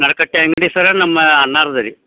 ನಡಕಟ್ಟೆ ಅಂಗಡಿ ಸರ ನಮ್ಮ ಅಣ್ಣಾರ್ದ್ ರೀ